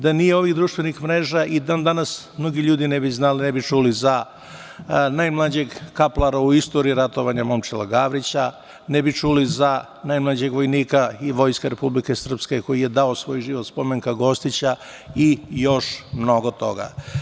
Da nije ovih društvenih mreža, i dan danas mnogi ljudi ne bi znali, ne bi čuli za najmlađeg kaplara u istoriji ratovanja Momčila Gavrića, ne bi čuli za najmlađeg vojnika i vojske Republike Srpske koji je dao svoj život, Spomenka Gostića i još mnogo toga.